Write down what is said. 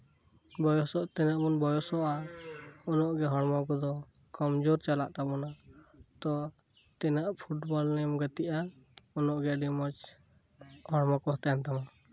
ᱵᱚᱭᱚᱥ ᱛᱤᱱᱟᱹᱜ ᱵᱚᱱ ᱵᱚᱭᱚᱥᱚᱜᱼᱟ ᱩᱱᱟᱹᱜ ᱜᱮ ᱦᱚᱲᱢᱚ ᱠᱚᱫᱚ ᱠᱚᱢᱡᱳᱨ ᱪᱟᱞᱟᱜ ᱛᱟᱵᱚᱱᱟ ᱛᱳ ᱛᱤᱱᱟᱹᱜ ᱯᱷᱩᱴᱵᱚᱞ ᱮᱢ ᱜᱟᱛᱮᱜᱼᱟ ᱩᱱᱟᱹᱜ ᱜᱮ ᱟᱹᱰᱤ ᱢᱚᱸᱡ ᱦᱚᱲᱢᱚ ᱠᱚ ᱛᱟᱦᱮᱱ ᱛᱟᱢᱟ